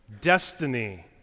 destiny